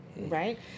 Right